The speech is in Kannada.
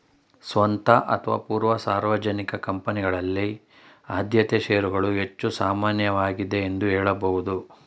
ಸ್ವಂತ ಅಥವಾ ಪೂರ್ವ ಸಾರ್ವಜನಿಕ ಕಂಪನಿಗಳಲ್ಲಿ ಆದ್ಯತೆ ಶೇರುಗಳು ಹೆಚ್ಚು ಸಾಮಾನ್ಯವಾಗಿದೆ ಎಂದು ಹೇಳಬಹುದು